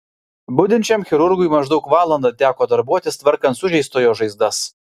budinčiam chirurgui maždaug valandą teko darbuotis tvarkant sužeistojo žaizdas